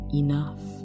enough